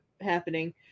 happening